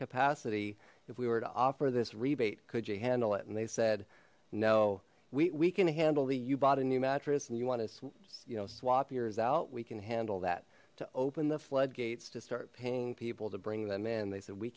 capacity if we were to offer this rebate could you handle it and they said no we can handle the you bought a new mattress and you want to you know swap yours out we can handle that to open the floodgates to start paying people to bring them in they said we